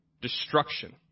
destruction